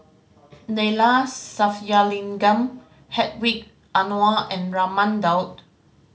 Neila Sathyalingam Hedwig Anuar and Raman Daud